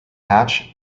hatch